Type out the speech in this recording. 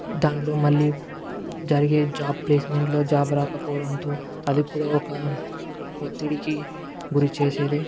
దాంట్లో మళ్ళీ జరిగే జాబ్ ప్లేస్మెంట్లో జాబ్ రాకపోవడంతో అది కూడా ఒక ఒత్తిడికి గురి చేసేది